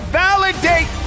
validate